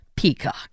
Peacock